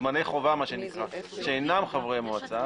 מה שנקרא מוזמני חובה שאינם חברי מועצה,